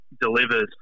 delivers